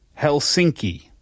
Helsinki